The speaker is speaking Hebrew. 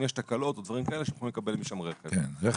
אם יש תקלות או דברים כאלה שיוכלו לקבל משם רכב חלופי.